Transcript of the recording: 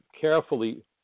carefully